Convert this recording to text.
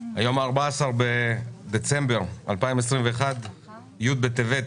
היום 14 בדצמבר 2021, י' בטבת התשפ"ב.